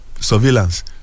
surveillance